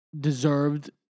deserved